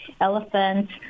elephants